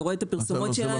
אתה רואה את הפרסומות שלנו.